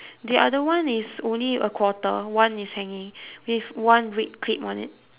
the other one is only a quarter one is hanging with one red clip on it